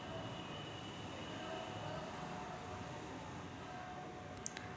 कोनच्या शेतीच्या पद्धतीपायी जास्तीत जास्त उत्पादन घेता येईल?